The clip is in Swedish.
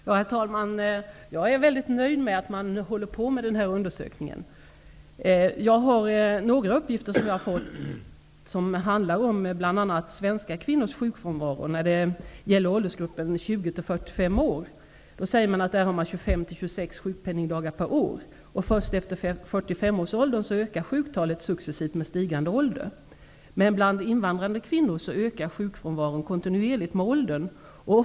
Herr talman! Jag är mycket nöjd med att man håller på med den här undersökningen. Jag har fått några uppgifter som bl.a. handlar om svenska kvinnors sjukfrånvaro i åldersgruppen 20-- 45 år. I den åldersgruppen uppges att man har 25-- 26 sjukpenningdagar per år. Först efter 45 års ålder ökar sjuktalet successivt med stigande ålder. Men bland invandrade kvinnor ökar sjukfrånvaron kontinuerligt med åldern.